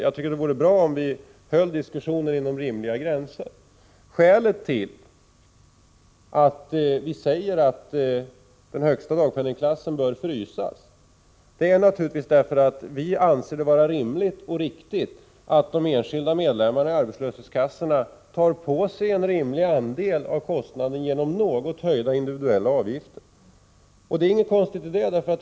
Jag tycker det vore bra om vi höll diskussionen inom rimliga gränser. Skälet till att vi säger att den högsta dagpenningklassen bör frysas är naturligtvis att vi anser det bara riktigt att de enskilda medlemmarna i arbetslöshetskassorna tar på sig en rimlig andel av kostnaden genom något höjda individuella avgifter. Det är ingenting konstigt med det.